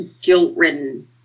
guilt-ridden